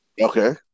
Okay